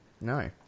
No